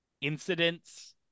incidents